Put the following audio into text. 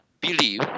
believe